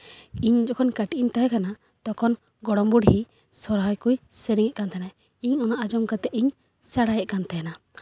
ᱤᱧ ᱡᱚᱠᱷᱚᱱ ᱠᱟᱹᱴᱤᱡ ᱤᱧ ᱛᱟᱦᱮᱸ ᱠᱟᱱᱟ ᱛᱚᱠᱷᱚᱱ ᱜᱚᱲᱚᱢ ᱵᱩᱰᱷᱤ ᱥᱚᱨᱦᱟᱭ ᱠᱚᱭ ᱥᱮᱨᱮᱧᱮᱜ ᱛᱟᱦᱮᱱᱟ ᱤᱧ ᱚᱱᱟ ᱟᱸᱡᱚᱢ ᱠᱟᱛᱮ ᱤᱧ ᱥᱮᱬᱟᱭᱮᱜ ᱠᱟᱱ ᱛᱟᱦᱮᱱᱟ